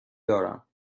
دارم